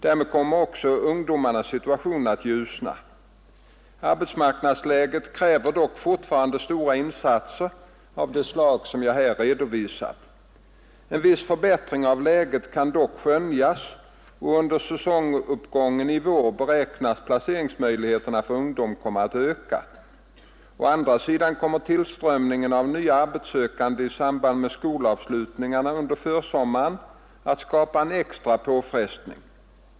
Därmed kommer också ungdomarnas situation att ljusna. att nedbringa ungdomsarbetslösheten Arbetsmarknadsläget kräver fortfarande stora insatser av det slag som jag här har redovisat. En viss förbättring av läget kan dock skönjas, och under säsonguppgången i vår beräknas placeringsmöjligheterna för ungdom komma att öka. Å andra sidan kommer tillströmningen av nya arbetssökande i samband med skolavslutningarna under försommaren att skapa en extra påfrestning.